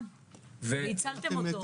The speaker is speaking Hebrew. המון זמן והוביל שדולה וועדת משנה בתחום הזה.